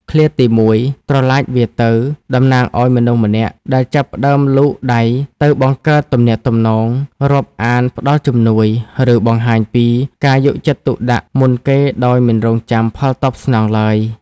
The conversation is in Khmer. ឃ្លាទីមួយ "ប្រឡាចវារទៅ" តំណាងឲ្យមនុស្សម្នាក់ដែលចាប់ផ្តើមលូកដៃទៅបង្កើតទំនាក់ទំនង រាប់អាន ផ្តល់ជំនួយ ឬបង្ហាញពីការយកចិត្តទុកដាក់មុនគេដោយមិនរង់ចាំផលតបស្នងឡើយ។